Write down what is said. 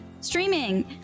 streaming